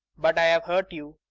but i've hurt you.